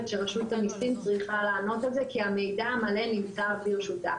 שרשות המיסים צריכה לענות על זה כי המידע המלא נמצא ברשותה.